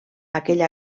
aquella